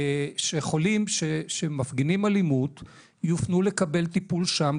שחולים שמפגינים אלימות יופנו לקבל טיפול שם,